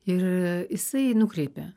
ir jisai nukreipė